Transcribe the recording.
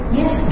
yes